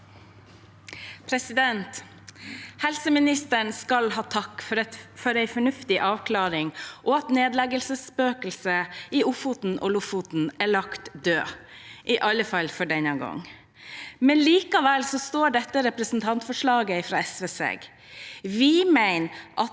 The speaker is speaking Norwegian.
Helseministeren skal ha takk for en fornuftig avklaring og for at nedleggelsesspøkelset i Ofoten og Lofoten er lagt dødt, i alle fall for denne gang. Likevel står dette representantforslaget fra SV seg. Vi mener at